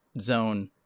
zone